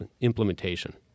implementation